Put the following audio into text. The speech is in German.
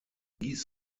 dies